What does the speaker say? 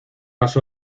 las